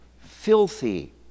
filthy